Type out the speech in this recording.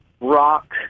rock